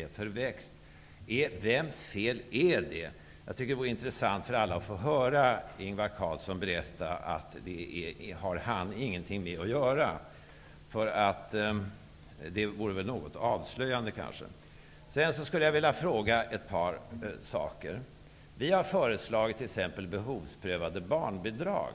Jag tycker att det vore intressant för alla att få höra Ingvar Carlsson berätta att han inte har någonting med det att göra. Det vore kanske något avslöjande. Jag skulle vilja fråga ett par saker. Vi har föreslagit t.ex. behovsprövat barnbidrag.